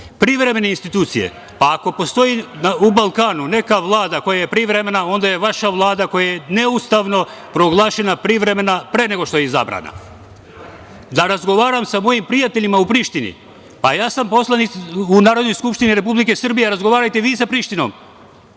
radi. Privremene institucije – ako postoji na Balkanu neka Vlada koja je privremena, onda je vaša Vlada, koja je neustavno proglašena, privremeno pre nego što je izabrana. Da razgovaram sa mojim prijateljima u Prištini – ja sam poslanik u Narodnoj skupštini Republike Srbije, razgovarajte vi sa Prištinom.